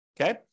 Okay